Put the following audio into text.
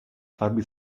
farvi